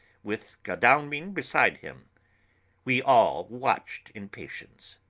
with godalming beside him we all watched in patience.